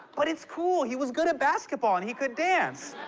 but it's cool. he was good at basketball and he could dance.